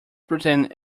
pretend